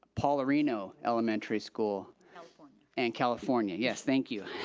paularino elementary school. california. and california, yes, thank you.